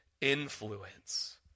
influence